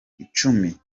cumi